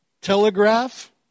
telegraph